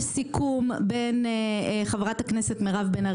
יש סיכום בין חברת הכנסת מירב בן ארי